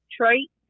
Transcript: trait